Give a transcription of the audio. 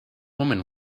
woman